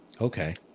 Okay